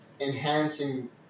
enhancing